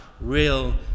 real